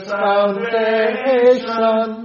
foundation